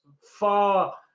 far